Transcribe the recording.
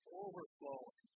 overflowing